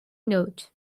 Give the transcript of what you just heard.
note